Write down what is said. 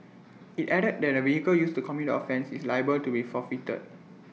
IT added that the vehicle used to commit the offence is liable to be forfeited